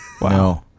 Wow